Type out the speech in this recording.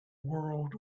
world